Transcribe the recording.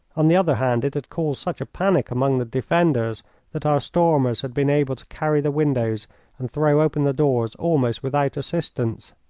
on the other hand, it had caused such a panic among the defenders that our stormers had been able to carry the windows and throw open the doors almost without assistance.